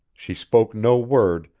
she spoke no word,